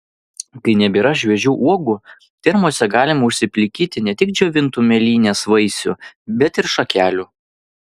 kai nebėra šviežių uogų termose galima užsiplikyti ne tik džiovintų mėlynės vaisių bet ir šakelių